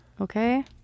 Okay